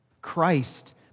Christ